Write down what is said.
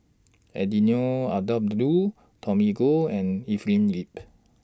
Eddino Abdul Tommy Koh and Evelyn Lip